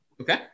Okay